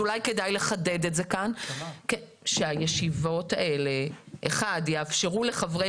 אולי כדאי לחדד את זה כאן שהישיבות האלה יאפשרו לחברי